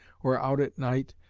or out at night,